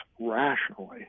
rationally